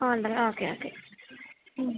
ആ ഉണ്ട് okay okay മ്